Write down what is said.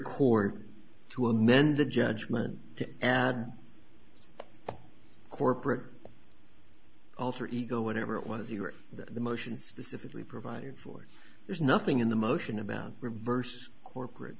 court to amend the judgement to add corporate alter ego whatever it was you were the motion specifically provided for there's nothing in the motion about reverse corporate